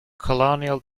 colonial